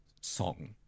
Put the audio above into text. song